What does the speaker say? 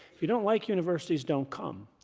if you don't like universities, don't come.